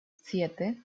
siete